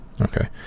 Okay